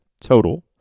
total